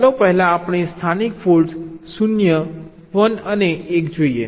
ચાલો પહેલા આપણે સ્થાનિક ફોલ્ટ્સ 0 1 અને 1 જોઈએ